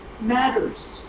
matters